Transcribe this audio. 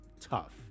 tough